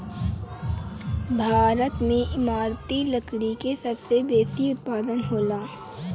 भारत में इमारती लकड़ी के सबसे बेसी उत्पादन होला